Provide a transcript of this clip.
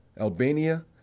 Albania